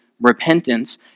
repentance